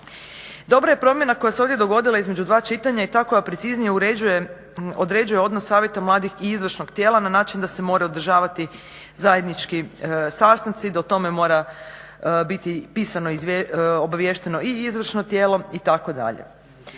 Dobra je promjena koja se ovdje dogodila između dva čitanja i ta koja preciznije uređuje, određuje odnos savjeta mladih i izvršnog tijela na način da se moraju održavati zajednički sastanci, da o tome mora biti pisano obaviješteno i izvršno tijelo itd.